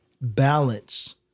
balance